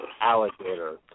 alligator